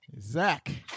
Zach